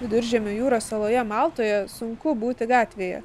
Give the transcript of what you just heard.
viduržemio jūros saloje maltoje sunku būti gatvėje